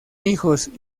hijos